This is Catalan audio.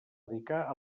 dedicar